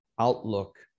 outlook